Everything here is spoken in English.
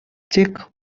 check